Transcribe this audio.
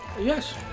Yes